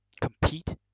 compete